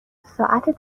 ساعت